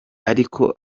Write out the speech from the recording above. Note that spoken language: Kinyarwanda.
ariko